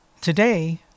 Today